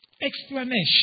explanation